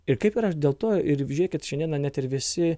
ir kaip ir aš dėl to ir žiūrėkit šiandieną net ir visi